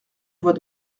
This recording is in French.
vois